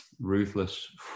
ruthless